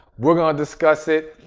we're going to discuss it.